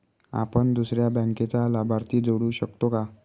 आपण दुसऱ्या बँकेचा लाभार्थी जोडू शकतो का?